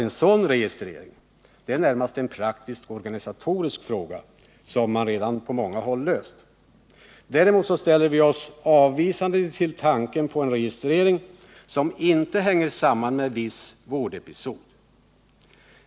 En sådan registrering är närmast en praktisk-organisatorisk fråga, som man redan har löst på många håll. Vi ställer oss avvisande till tanken på en registrering som inte hänger samman med viss vårdepisod.